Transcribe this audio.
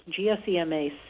GSEMA